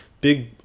big